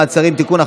מעצרים) (תיקון,